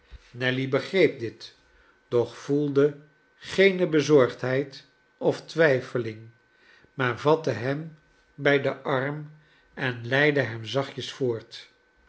nelly begreep dit doch voelde geene bezorgdheid of twijfeling maar vatte hem bij den arm en leidde hem zachtjes voort